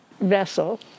vessel